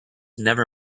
never